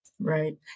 Right